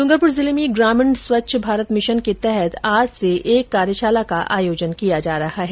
ड्रंगरपुर जिले में ग्रामीण स्वच्छ भारत मिशन के तहत आज से एक कार्यशाला का आयोजन किया जा रहा है